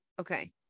Okay